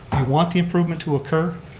we want the improvement to occur,